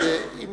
אז אם